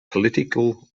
political